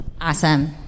awesome